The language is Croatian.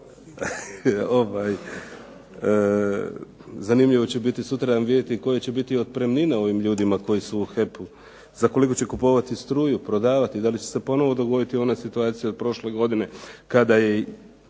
Zanimljivo će biti sutradan vidjeti koje će biti otpremnine ovim ljudima koji su u HEP-u, za koliko će kupovati struju, prodavati. Da li će se ponovo dogoditi ona situacija od prošle godine kada je